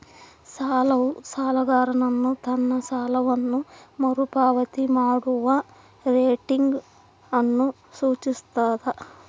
ಸಾಲವು ಸಾಲಗಾರನು ತನ್ನ ಸಾಲವನ್ನು ಮರುಪಾವತಿ ಮಾಡುವ ರೇಟಿಂಗ್ ಅನ್ನು ಸೂಚಿಸ್ತದ